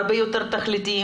הרבה יותר תכליתיים,